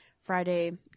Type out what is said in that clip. Friday